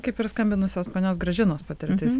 kaip ir skambinusios ponios gražinos patirtis